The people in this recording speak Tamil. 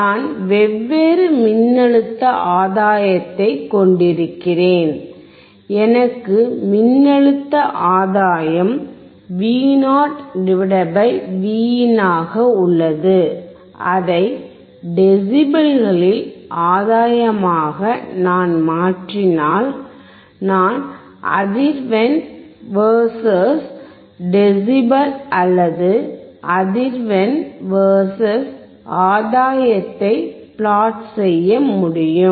நான் வெவ்வேறு மின்னழுத்த ஆதாயத்தை கொண்டிருக்கிறேன் எனக்கு மின்னழுத்த ஆதாயம் Vo Vin ஆக உள்ளது அதை டெசிபல்களில் ஆதாயமாக நான் மாற்றினால் நான் அதிர்வெண் வெர்சஸ் டெசிபல் அல்லது அதிர்வெண் வெர்சஸ் ஆதாயத்தை பிளாட் செய்ய முடியும்